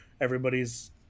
Everybody's